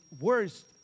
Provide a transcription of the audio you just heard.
worst